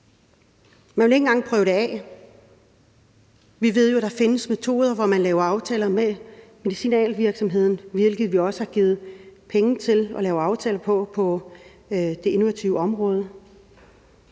Man vil ikke engang prøve det af. Vi ved jo, der findes metoder, hvor man laver aftaler med medicinalvirksomheder, hvilket vi også har givet penge til, altså til at lave aftaler på det innovative område.